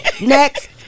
Next